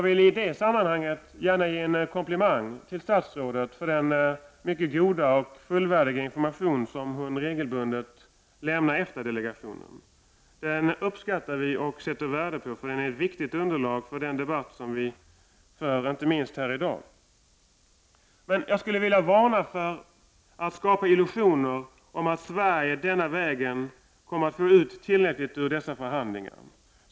I detta sammanhang vill jag ge en komplimang till statsrådet för den mycket goda och fullvärdiga information som hon regelbundet lämnar EFTA-delegationen. Vi uppskattar och sätter värde på denna information, eftersom den utgör ett viktigt underlag för den debatt som förs, inte minst här i dag. Jag vill emellertid varna för att skapa illusioner om att Sverige denna väg kan få ut tillräckligt ur dessa förhandlingar.